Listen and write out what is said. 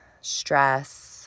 stress